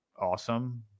awesome